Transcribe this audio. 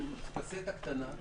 יש קסטה קטנה.